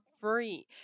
free